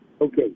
Okay